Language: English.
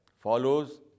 follows